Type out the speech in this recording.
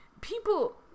people